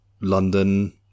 London